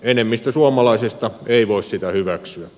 enemmistö suomalaisista ei voi sitä hyväksyä